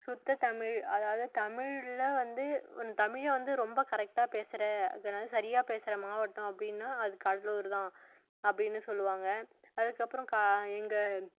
சுத்த தமிழ் அதாவது தமிழில் வந்து தமிழை வந்து ரொம்ப கரெக்டாக பேசுகிற என்னது சரியாக பேசுகிற மாவட்டம் அப்படின்னா அது கடலூர் தான் அப்படின்னு சொல்வாங்க அதுக்கப்புறம் எங்கள்